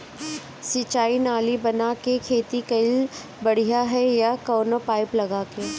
सिंचाई नाली बना के खेती कईल बढ़िया ह या कवनो पाइप लगा के?